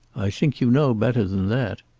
i think you know better than that.